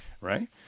Right